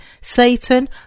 Satan